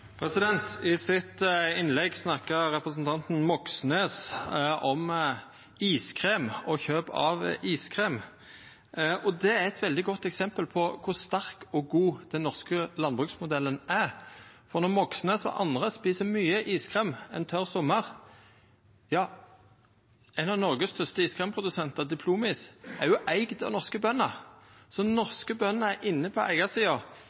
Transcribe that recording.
eit veldig godt eksempel på kor sterk og god den norske landbruksmodellen er. Og når Moxnes og andre et mykje iskrem ein tørr sommar: Ein av Noregs største iskremprodusentar, Diplom-Is, er eigd av norske bønder. Norske bønder er inne på eigarsida